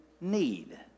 need